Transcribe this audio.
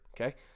Okay